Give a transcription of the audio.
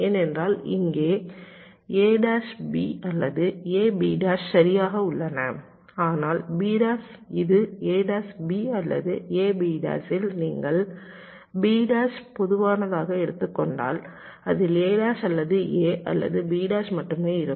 ஏனென்றால் இங்கே அல்லது சரியாக உள்ளன ஆனால் இது அல்லது ல் நீங்கள் பொதுவானதாக எடுத்துக் கொண்டால் அதில் அல்லது அல்லது மட்டுமே இருக்கும்